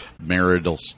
marital